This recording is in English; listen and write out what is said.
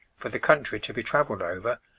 for the country to be travelled over,